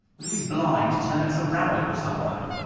well if he's blind, tell him it's a rabbit or something.